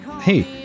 hey